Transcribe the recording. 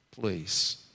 please